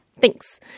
thanks